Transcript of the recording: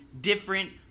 different